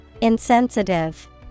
Insensitive